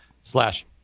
slash